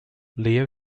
leo